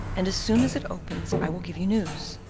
and as soon as it opens i will give you news,